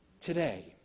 today